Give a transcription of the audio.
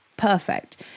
perfect